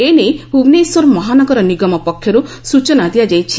ଏ ନେଇ ଭୁବନେଶ୍ୱର ମହାନଗର ନିଗମ ପକ୍ଷରୁ ସୂଚନା ଦିଆଯାଇଛି